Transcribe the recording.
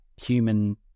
human